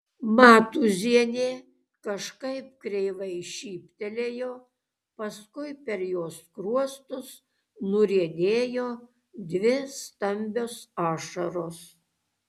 matūzienė kažkaip kreivai šyptelėjo paskui per jos skruostus nuriedėjo dvi stambios ašaros